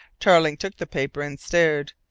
tarling took the paper and stared.